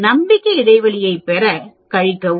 நம்பிக்கை இடைவெளியைப் பெற கழிக்கவும்